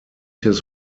his